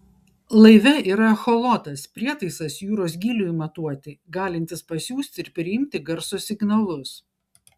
laive yra echolotas prietaisas jūros gyliui matuoti galintis pasiųsti ir priimti garso signalus